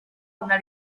una